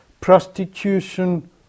prostitution